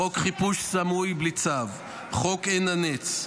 חוק חיפוש סמוי בלי צו, חוק עין הנץ.